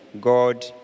God